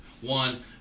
one